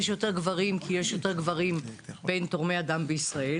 יש יותר גברים כי יש יותר גברים בין תורמי הדם בישראל,